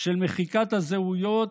של מחיקת הזהויות